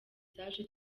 zaje